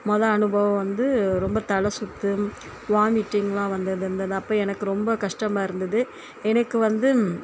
மொதல் அனுபவம் வந்து ரொம்ப தலை சுற்று வாமிட்டிங்கெல்லாம் வந்து இருந்தது அப்போ எனக்கு ரொம்ப கஷ்டமாக இருந்தது எனக்கு வந்து